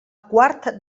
quart